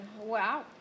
wow